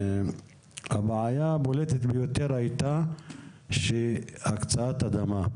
הבעיה הבולטת ביותר היא הקצאת קרקע.